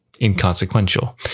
inconsequential